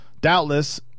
Doubtless